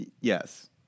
Yes